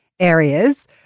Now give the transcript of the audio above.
Areas